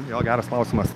jo geras klausimas